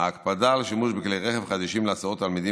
ההקפדה על שימוש בכלי רכב חדישים להסעות תלמידים